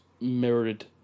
mirrored